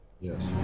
Yes